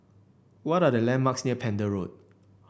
what are the landmarks near Pender Road